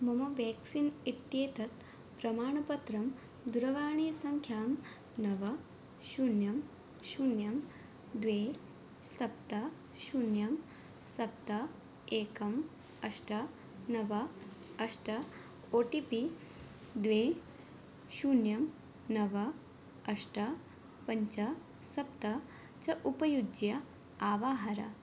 मम वेक्सिन् इत्येतस्य प्रमाणपत्रं दूरवाणीसङ्ख्यां नव शून्यं शून्यं द्वे सप्त शून्यं सप्त एकम् अष्ट नव अष्ट ओ टि पि द्वे शून्यं नव अष्ट पञ्च सप्त च उपयुज्य आवाहर